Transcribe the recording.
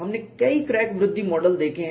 हमने कई क्रैक वृद्धि मॉडल देखे हैं